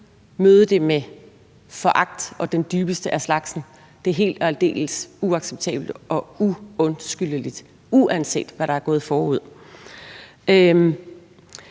møde det med foragt og den dybeste af slagsen. Det er helt og aldeles uacceptabelt og uundskyldeligt, uanset hvad der er gået forud.